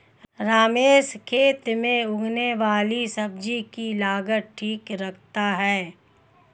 रमेश खेत में उगने वाली सब्जी की लागत ठीक रखता है